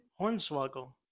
Hornswoggle